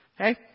Okay